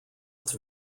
its